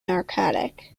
narcotic